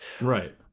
Right